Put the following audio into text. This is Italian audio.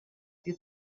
più